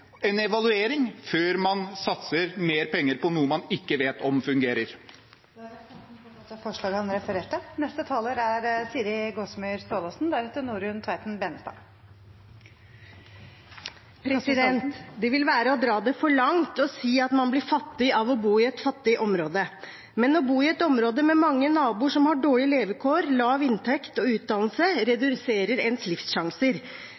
en evaluering før man satser mer penger på noe man ikke vet om fungerer. Da har representanten Jon Engen-Helgheim tatt opp det forslaget han refererte til. «Det vil være å dra det for langt å si at man blir fattig av å bo i et fattig område. Men å bo i et område med mange naboer som har dårlige levekår, lav inntekt og utdannelse